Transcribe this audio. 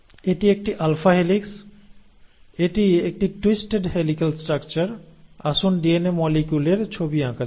এটি একটি alpha helix এটি একটি টুইস্টেড হেলিক্যাল স্ট্রাকচার আসুন ডিএনএ মলিকিউল এর ছবি আঁকা যাক